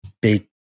big